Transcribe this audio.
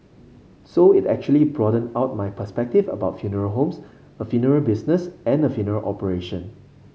so it actually broadened out my perspective about funeral homes a funeral business and a funeral operation